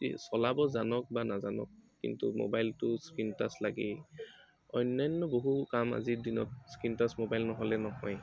এই চলাব জানক বা নাজানক কিন্তু মোবাইলটো স্ক্ৰিন টাচ লাগেই অন্যান্য বহু কাম আজিৰ দিনত স্ক্ৰিন টাচ মোবাইল নহ'লে নহয়েই